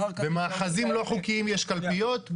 במאחזים לא חוקיים יש קלפיות?